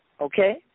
Okay